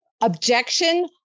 objection